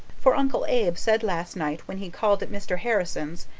for uncle abe said last night when he called at mr. harrison's,